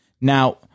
Now